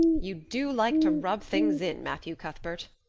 you do like to rub things in, matthew cuthbert.